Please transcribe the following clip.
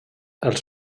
els